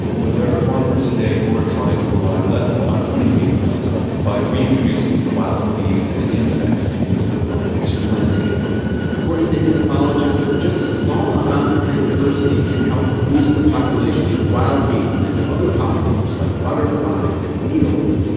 but there are farmers today who are trying to rely less on honeybee livestock by reintroducing wild bees and insects into the pollination landscape according to entomologists, just a small amount of plant diversity can help boost the population of wild bees and other pollinators like butterflies and beetles.